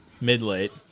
Mid-late